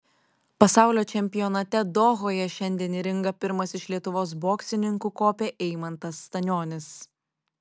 pasaulio čempionate dohoje šiandien į ringą pirmas iš lietuvos boksininkų kopė eimantas stanionis